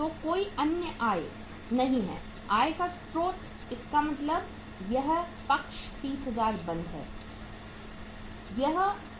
तो कोई अन्य आय नहीं है आय का स्रोत इसका मतलब यह पक्ष 30000 बंद है